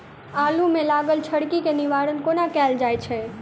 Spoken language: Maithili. आलु मे लागल झरकी केँ निवारण कोना कैल जाय छै?